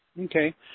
Okay